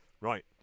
Right